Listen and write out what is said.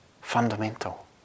fundamental